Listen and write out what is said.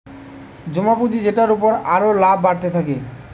জমা পুঁজি যেটার উপর আরো লাভ বাড়তে থাকে